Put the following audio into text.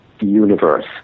universe